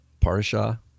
parasha